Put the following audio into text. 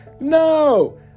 No